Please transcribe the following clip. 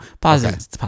Pause